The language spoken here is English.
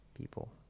people